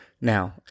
Now